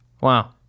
wow